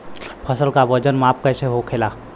फसल का वजन माप कैसे होखेला?